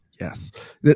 Yes